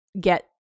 get